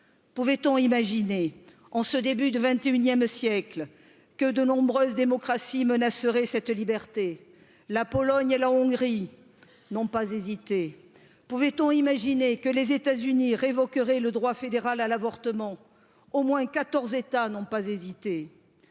pouvait on imaginer en ce début du vingt et unième siècle que de nombreuses démocraties menaceraient cette liberté la pologne et la hongrie n'ont pas hésité pouvait on imaginer que les états unis révoquerai le droit fédéral à l'avortement au moins quatorze états n'ont pas hésité